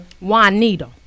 Juanita